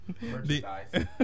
Merchandise